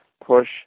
push